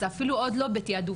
זה אפילו עוד לא בתעדוף,